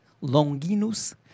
Longinus